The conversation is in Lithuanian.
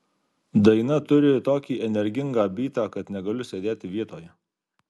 daina turi tokį energingą bytą kad negaliu sėdėti vietoje